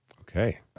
Okay